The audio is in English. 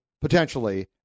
potentially